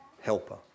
helper